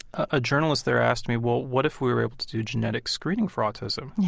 a journalist there asked me, what what if we were able to do genetic screening for autism? yeah